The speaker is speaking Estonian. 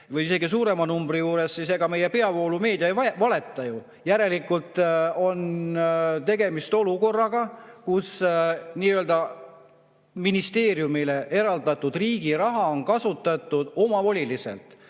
või isegi suurema numbri juures, siis ega meie peavoolumeedia ei valeta ju. Järelikult on tegemist olukorraga, kus ministeeriumile eraldatud riigi raha on kasutatud omavoliliselt.